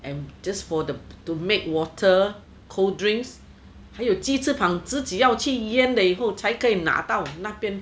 and just for the to make water cold drinks 还有鸡翅旁自己要去烟的以后才可以拿到那边